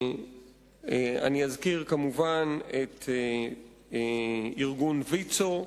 אני אזכיר, כמובן, את ארגון ויצו,